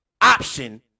option